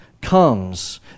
comes